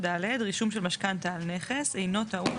(ד) אחרי רישום של משכנתה אינו טעון